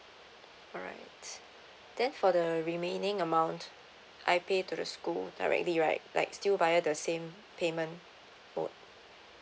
alright then for the remaining amount I pay to the school already right like still via the same payment opt